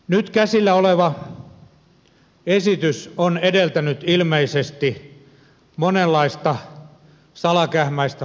nyt käsillä olevaa esitystä on edeltänyt ilmeisesti monenlainen salakähmäinen valmistelu